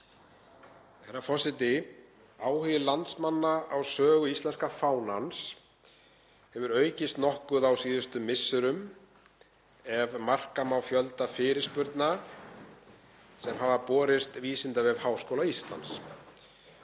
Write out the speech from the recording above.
Herra forseti. Áhugi landsmanna á sögu íslenska fánans hefur aukist nokkuð á síðustu misserum ef marka má fjölda fyrirspurna sem hafa borist Vísindavef Háskóla Íslands.